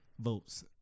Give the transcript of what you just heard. votes